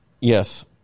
Yes